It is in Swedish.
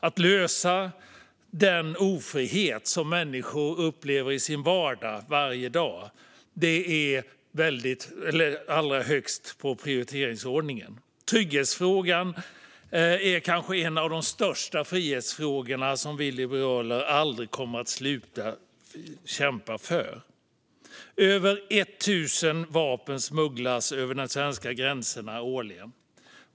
Att lösa den ofrihet som människor upplever i sin vardag, varje dag, står allra högst i prioriteringsordningen. Trygghetsfrågan är kanske en av de största frihetsfrågor som vi liberaler aldrig kommer att sluta kämpa för. Över tusen vapen smugglas över de svenska gränserna årligen.